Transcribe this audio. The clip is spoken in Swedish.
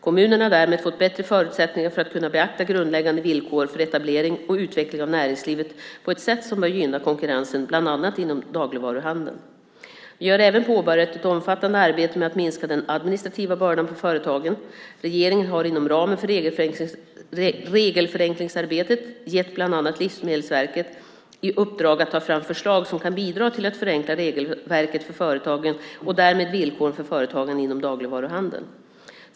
Kommunerna har därmed fått bättre förutsättningar för att kunna beakta grundläggande villkor för etablering och utveckling av näringslivet på ett sätt som bör gynna konkurrensen inom bland annat dagligvaruhandeln. Vi har även påbörjat ett omfattande arbete med att minska den administrativa bördan för företagen. Regeringen har inom ramen för regelförenklingsarbetet gett bland annat Livsmedelsverket i uppdrag att ta fram förslag som kan bidra till att förenkla regelverket för företagen och därmed villkoren för företagande inom dagligvarusektorn.